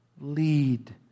lead